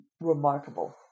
remarkable